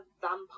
vampire